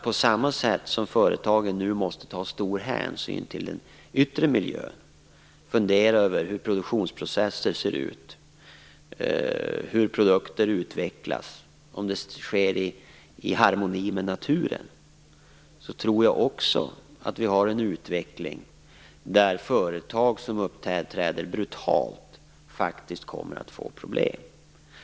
På samma sätt som företagen nu måste ta stor hänsyn till den yttre miljön och fundera över hur produktionsprocesser ser ut, hur produkter utvecklas och om det sker i harmoni med naturen tror jag också att vi har en utveckling där företag som uppträder brutalt faktiskt kommer att få problem.